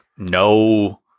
No